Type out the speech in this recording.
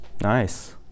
Nice